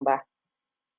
ba